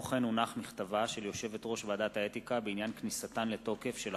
מכתבה של יושבת-ראש ועדת האתיקה בעניין כניסתן לתוקף של